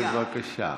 בבקשה.